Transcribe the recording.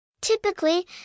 Typically